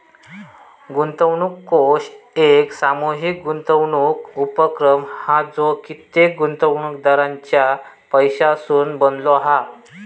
गुंतवणूक कोष एक सामूहीक गुंतवणूक उपक्रम हा जो कित्येक गुंतवणूकदारांच्या पैशासून बनलो हा